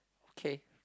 okay